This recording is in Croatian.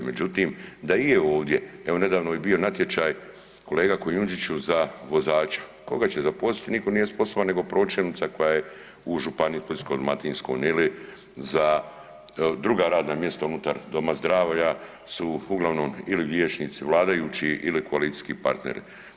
Međutim, da i je ovdje evo nedavno je bio natječaj, kolega Kujundžiću za vozača, koga će zaposliti, nitko nije sposoban nego pročelnica koja je u Županiji Splitsko-dalmatinskoj ili za druga radna mjesta unutar doma zdravlja su uglavnom ili liječnici vladajućih ili koalicijski partneri.